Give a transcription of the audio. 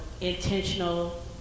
intentional